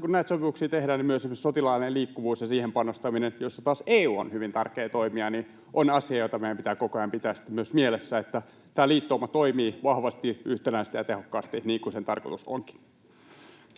kun näitä sopimuksia tehdään, niin myös esimerkiksi sotilaallinen liikkuvuus ja siihen panostaminen, joissa taas EU on hyvin tärkeä toimija, ovat asia, jota meidän pitää koko ajan pitää myös mielessä, niin että tämä liittouma toimii vahvasti, yhtenäisesti ja tehokkaasti, niin kuin sen tarkoitus onkin.